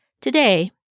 Today